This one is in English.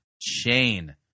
chain